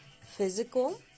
physical